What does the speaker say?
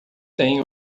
têm